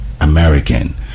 American